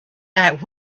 back